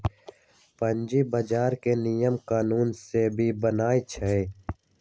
पूंजी बजार के नियम कानून सेबी बनबई छई